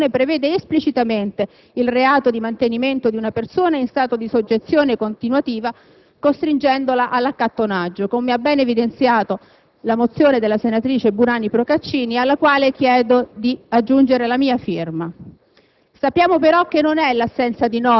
che - tra le misure contro la tratta di persone - prevede esplicitamente il reato di mantenimento di una persona in stato di soggezione continuativa, costringendola all'accattonaggio, come ha bene evidenziato la mozione n. 60 della senatrice Burani Procaccini, alla quale chiedo di aggiungere la mia firma.